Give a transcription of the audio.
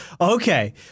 okay